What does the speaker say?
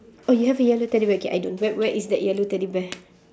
oh you have a yellow teddy bear okay I don't whe~ where is that yellow teddy bear